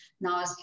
now